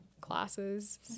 classes